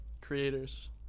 creators